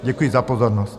Děkuji za pozornost.